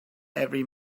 every